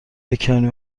بکنی